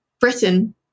Britain